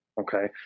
Okay